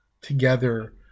together